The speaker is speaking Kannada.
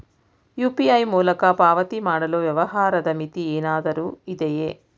ಯು.ಪಿ.ಐ ಮೂಲಕ ಪಾವತಿ ಮಾಡಲು ವ್ಯವಹಾರದ ಮಿತಿ ಏನಾದರೂ ಇದೆಯೇ?